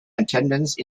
attendance